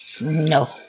No